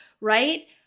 right